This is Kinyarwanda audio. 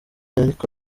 ariko